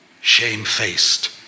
shamefaced